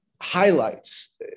highlights